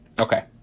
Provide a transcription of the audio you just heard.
Okay